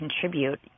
contribute